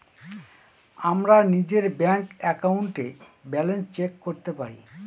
আমরা নিজের ব্যাঙ্ক একাউন্টে ব্যালান্স চেক করতে পারি